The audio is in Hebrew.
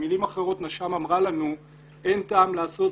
במילים אחרות נש"מ אמרה לנו שאין טעם לעשות